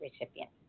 recipient